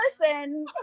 listen